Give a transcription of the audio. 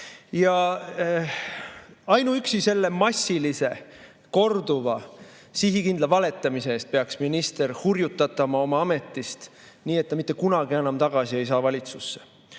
Ja ainuüksi selle massilise, korduva, sihikindla valetamise eest peaks minister hurjutatama oma ametist, nii et ta mitte kunagi enam tagasi ei saa valitsusse.